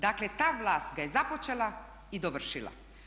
Dakle ta vlast ga je započela i dovršila.